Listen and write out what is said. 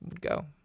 go